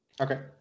Okay